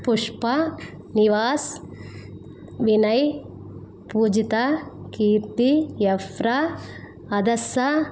Pushpa Nivas Vinay Poojitha Keerthi Ephra Hadassah